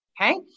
Okay